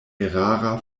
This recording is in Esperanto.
erara